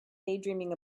daydreaming